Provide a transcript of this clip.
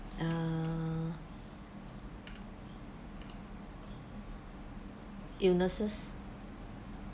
uh illnesses